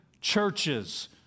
churches